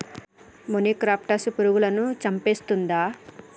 మొనిక్రప్టస్ పురుగులను చంపేస్తుందా?